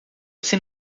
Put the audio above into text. você